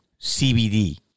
CBD